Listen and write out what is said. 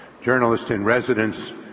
journalist-in-residence